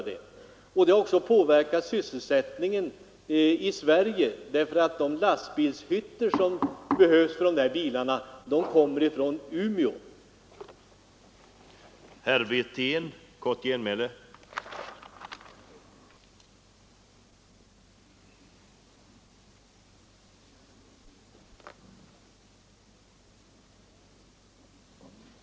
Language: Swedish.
Detta har också påverkat sysselsättningen i Sverige, därför att de lastbilshytter som behövs för bilarna kommer från fabriken i Umeå.